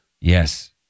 Yes